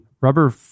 rubber